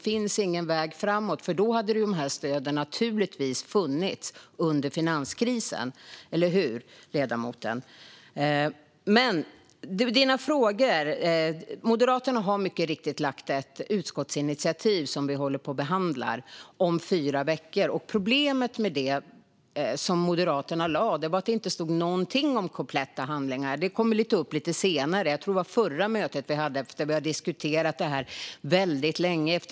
Annars skulle dessa stöd naturligtvis ha funnits under finanskrisen, eller hur, Lars Hjälmered? Moderaterna har mycket riktigt lagt fram ett utskottsinitiativ som vi håller på att behandla. Det ska upp om fyra veckor. Problemet med Moderaternas förslag var att det inte stod någonting alls om kompletta handlingar. Det kom först lite senare. Jag tror att det var vid förra mötet, efter att vi hade diskuterat detta väldigt länge.